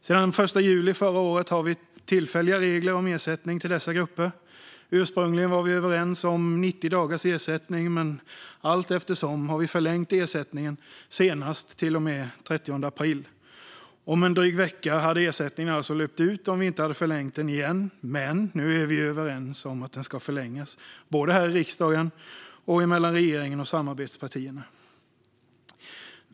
Sedan den 1 juli förra året har vi tillfälliga regler om ersättning till dessa grupper. Ursprungligen var vi överens om 90 dagars ersättning, men allteftersom har vi förlängt ersättningen, senast till och med den 30 april. Om en dryg vecka hade ersättningen alltså löpt ut om vi inte hade förlängt den igen, men nu är vi ju överens om att den ska förlängas, både här i riksdagen och mellan regeringen och samarbetspartierna.